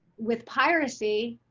with piracy,